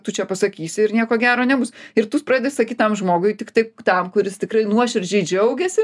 tu čia pasakysi ir nieko gero nebus ir tu pradedi sakyt tam žmogui tiktai tam kuris tikrai nuoširdžiai džiaugiasi